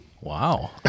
Wow